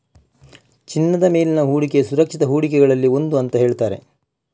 ಚಿನ್ನದ ಮೇಲಿನ ಹೂಡಿಕೆ ಸುರಕ್ಷಿತ ಹೂಡಿಕೆಗಳಲ್ಲಿ ಒಂದು ಅಂತ ಹೇಳ್ತಾರೆ